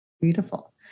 Beautiful